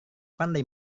pandai